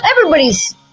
everybody's